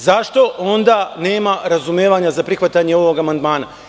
Zašto onda nema razumevanja za prihvatanje ovog amandmana?